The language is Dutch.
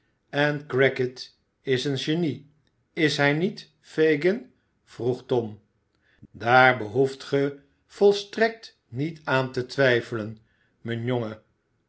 en crackit is een genie is hij niet fagin vroeg lom daar behoeft ge volstrekt niet aan te twijfelen mijn jongen